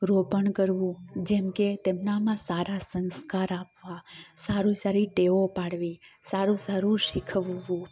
રોપણ કરવું જેમકે તેમનામાં સારા સંસ્કાર આપવા સારી સારી ટેવો પાડવી સારું સારું શીખવવું